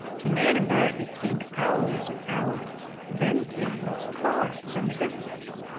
to nan and bert it seemed hours and hours. then came a call from a distance.